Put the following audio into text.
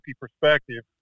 perspective